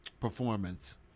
performance